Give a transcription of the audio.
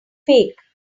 fake